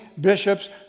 bishops